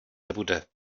nebude